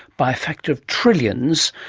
by a factor of trillions,